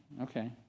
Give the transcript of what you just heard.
Okay